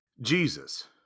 jesus